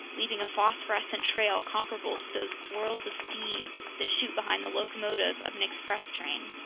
leaving a phosphorescent trail comparable to those swirls of steam that shoot behind the locomotive of an express train.